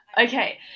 Okay